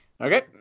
Okay